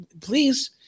please